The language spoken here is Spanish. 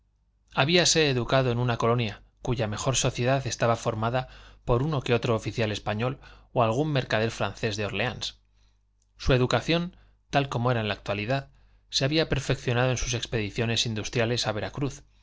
habíase educado en una colonia cuya mejor sociedad estaba formada por uno que otro oficial español o algún mercader francés de órleans su educación tal como era en la actualidad se había perfeccionado en sus expediciones industriales a veracruz